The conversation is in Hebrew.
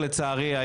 לצערי,